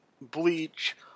Bleach